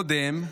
קודם,